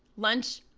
lunch.